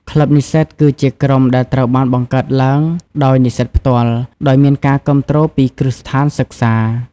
ក្លឹបនិស្សិត គឺជាក្រុមដែលត្រូវបានបង្កើតឡើងដោយនិស្សិតផ្ទាល់ ដោយមានការគាំទ្រពីគ្រឹះស្ថានសិក្សា។